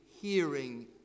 hearing